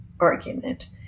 argument